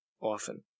often